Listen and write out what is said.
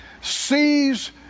sees